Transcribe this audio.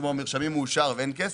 ועולם שבו המרשמים מאושר ואין כסף,